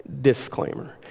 Disclaimer